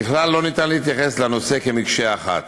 ככלל, לא ניתן להתייחס לנושא כאל מקשה אחת,